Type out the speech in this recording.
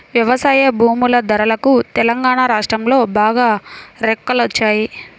వ్యవసాయ భూముల ధరలకు తెలంగాణా రాష్ట్రంలో బాగా రెక్కలొచ్చాయి